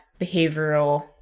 behavioral